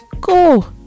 go